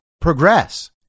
progress